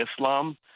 Islam